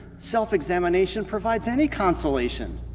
self examination provides any consolation.